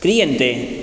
क्रीयन्ते